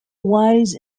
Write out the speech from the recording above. wise